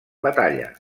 batalla